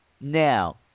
Now